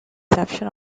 exception